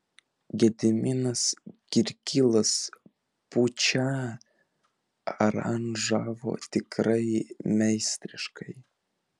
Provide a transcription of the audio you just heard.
gediminas kirkilas pučą aranžavo tikrai meistriškai